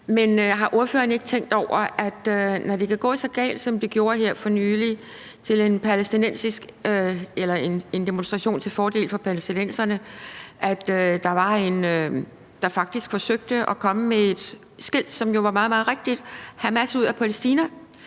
Det synes jeg. Men når det kan gå så galt, som det gjorde her for nylig til en demonstration til fordel for palæstinenserne – hvor der var en, der faktisk forsøgte at komme med et skilt, som jo var meget, meget rigtigt, om at få Hamas ud af Palæstina,